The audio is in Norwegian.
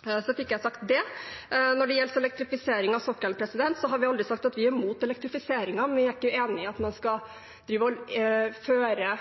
Så fikk jeg sagt det. Når det gjelder elektrifisering av sokkelen, har vi aldri sagt at vi er mot elektrifiseringen, men vi er ikke enig i at man skal drive og føre